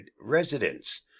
residents